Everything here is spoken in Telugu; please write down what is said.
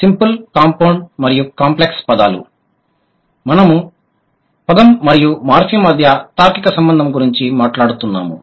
సింపుల్ కాంపౌండ్ మరియు కాంప్లెక్స్ పదాలు మనము పదం మరియు మార్ఫిమ్ మధ్య తార్కిక సంబంధం గురించి మాట్లాడుతున్నాము